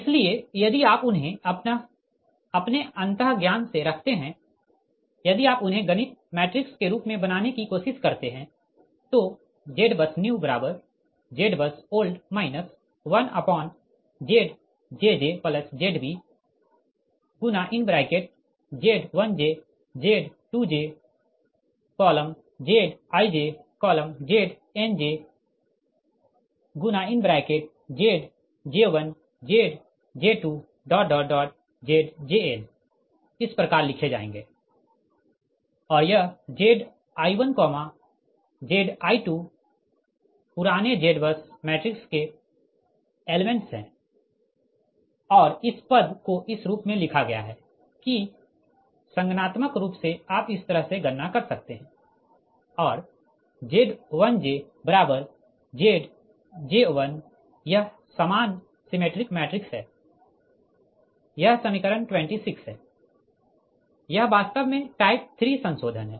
इसलिए यदि आप उन्हें अपने अंतर्ज्ञान से रखते है यदि आप उन्हें गणित मैट्रिक्स के रूप में बनाने की कोशिश करते है तो ZBUSNEWZBUSOLD 1ZjjZbZ1j Z2j Zij Znj Zj1 Zj2 Zjn इस प्रकार लिखे जाएँगे और यह Zi1 Zi2 पुराने ZBUS मैट्रिक्स के एलेमेंट्स है और इस पद को इस रूप में लिखा गया है कि संगणात्मक रूप से आप इस तरह से गणना कर सकते है और Z1jZj1 यह सामान सिमेट्रिक मैट्रिक्स है यह समीकरण 26 है यह वास्तव में टाइप 3 संशोधन है